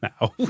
now